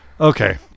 okay